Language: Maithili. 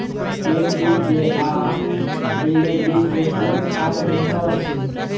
एन.पी.के आ डी.ए.पी मे कुन खाद बेहतर अछि?